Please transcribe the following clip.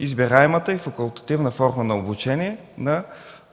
избираемата и факултативна форма на обучение, на